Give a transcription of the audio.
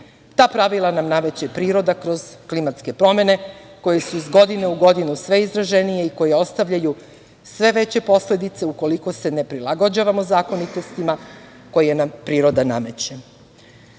Ta pravila nameće priroda kroz klimatske promene, koje se iz godine u godinu sve izraženiji i koje ostavljaju sve veće posledice ukoliko se ne prilagođavamo zakonitostima koje nam priroda